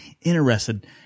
interested